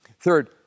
Third